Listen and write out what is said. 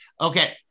Okay